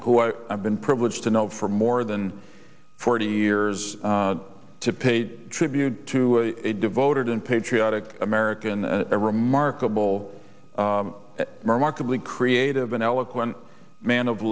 who i have been privileged to know for more than forty years to pay tribute to a devoted and patriotic american a remarkable remarkably creative and eloquent man of